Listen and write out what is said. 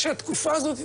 ביתר שאת בתקופה הזאת,